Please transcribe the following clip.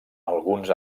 alguns